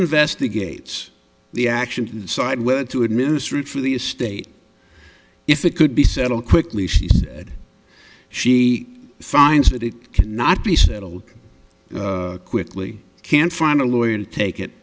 investigates the action to decide whether to administer it for the estate if it could be settled quickly she said she finds that it cannot be settled quickly can find a lawyer to take it